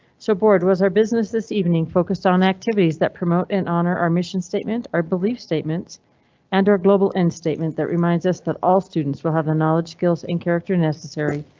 so bored was our business this evening focused on activities that promote in honor our mission, statement or belief statements and our global end statement that reminds us that all students will have the knowledge, skills and character necessary.